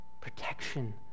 protection